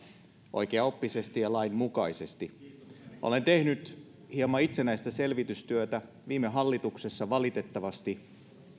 oikeaoppisesti ja lain mukaisesti olen tehnyt hieman itsenäistä selvitystyötä viime hallituksessa valitettavasti